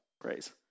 praise